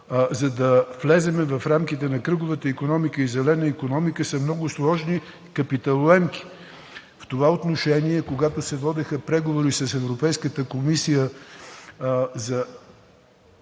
за да влезем в рамките на кръговата икономика и зелената икономика, са много сложни, капиталоемки. В това отношение, когато се водиха преговори с Европейската комисия за